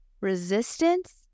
resistance